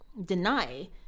deny